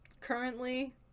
Currently